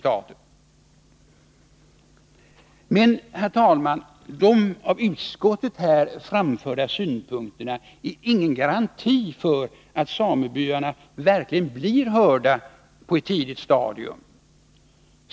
Men, herr talman, de av utskottet här framförda synpunkterna är ingen garanti för att samebyarna verkligen blir hörda på ett tidigt stadium.